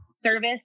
service